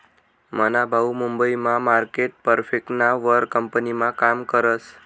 मना भाऊ मुंबई मा मार्केट इफेक्टना वर कंपनीमा काम करस